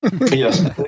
Yes